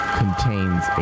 contains